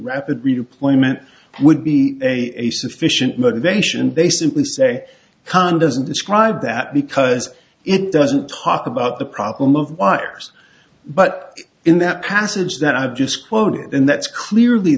rapid redeployment would be a sufficient motivation they simply say can doesn't describe that because it doesn't talk about the problem of wires but in that passage that i've just quoted and that's clearly